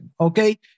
Okay